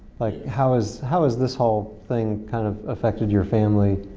like, how has how has this whole thing kind of affected your family?